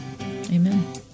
Amen